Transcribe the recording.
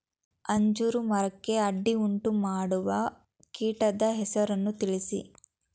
ಅಂಜೂರ ಮರಕ್ಕೆ ಅಡ್ಡಿಯುಂಟುಮಾಡುವ ಕೀಟದ ಹೆಸರನ್ನು ತಿಳಿಸಿ?